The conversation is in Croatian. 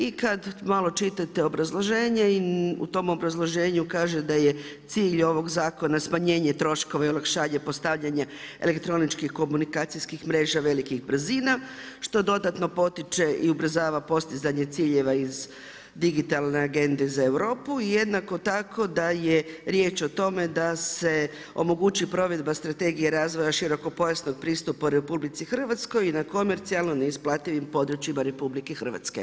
I kad malo čitate obrazloženje i u tom obrazloženju kaže da je cilj ovog zakona smanjenje troškova i olakšanje postavljanja elektroničkih komunikacijskih mreža velikih brzina, što dodatno potiče i ubrzavanje ciljeva iz digitalne agende za Europu i jednako tako da je riječ o tome da se omogući provedba strategija razvoja širokog pojasnog pristupa u RH i na komercijalno neisplativim područjima RH.